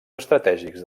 estratègics